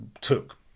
took